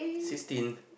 sixteen